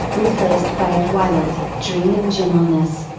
replaced by a twilit, dreaming gentleness.